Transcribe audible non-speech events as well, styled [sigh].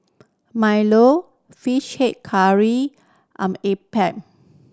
milo Fish Head Curry [unintelligible] appam